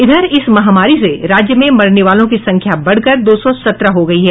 इधर इस महामारी से राज्य में मरने वालों की संख्या बढ़कर दो सौ सत्रह हो गयी है